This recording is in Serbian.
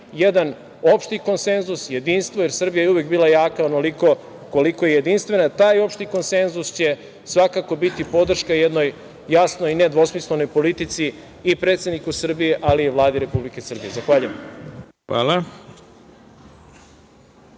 jedan opšti konsenzus, jedinstvo, jer Srbija je uvek bila jaka onoliko koliko je jedinstvena, taj opšti konsenzus će svakako biti podrška jednoj jasnoj i nedvosmislenoj politici i predsedniku Srbije, ali i Vladi Republike Srbije. Zahvaljujem.